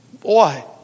Boy